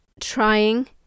trying